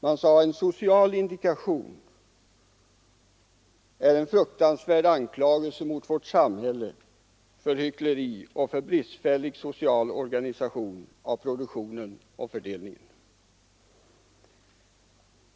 De sade att den sociala indikationen är ”en fruktansvärd anklagelse mot vårt samhälle för hyckleri och bristfällig social organisation av produktionen och fördelningen”.